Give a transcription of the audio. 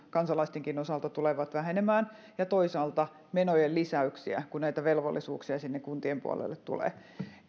kansalaistenkin osalta tulevat vähenemään että toisaalta menojen lisäyksiä kun näitä velvollisuuksia sinne kuntien puolelle tulee